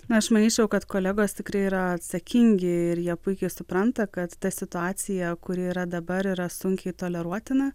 na aš manyčiau kad kolegos tikrai yra atsakingi ir jie puikiai supranta kad ta situacija kuri yra dabar yra sunkiai toleruotina